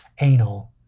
anal